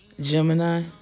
Gemini